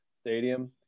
Stadium